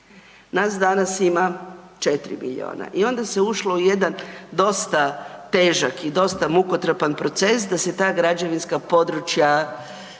Nas danas ima 4 milijuna i onda se ušlo u jedan dosta težak i dosta mukotrpan proces da se ta građevinska područja